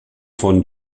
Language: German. von